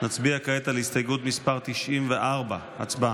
נצביע כעת על הסתייגות מס' 94. הצבעה.